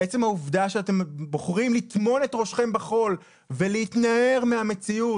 אתם בוחרים לטמון את ראשכם בחול ולהתנער מהמציאות